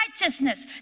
righteousness